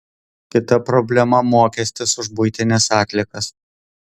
kita problema mokestis už buitines atliekas